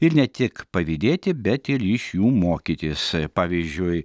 ir ne tik pavydėti bet ir iš jų mokytis pavyzdžiui